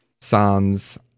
Sans